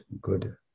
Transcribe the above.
good